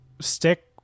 stick